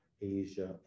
Asia